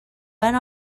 went